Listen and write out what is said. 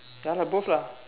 ya lah both lah